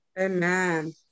Amen